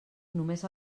només